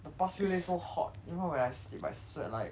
the past few days so hot even when I sleep I sweat like